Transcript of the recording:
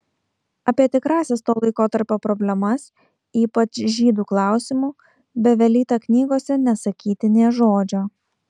apie tikrąsias to laikotarpio problemas ypač žydų klausimu bevelyta knygose nesakyti nė žodžio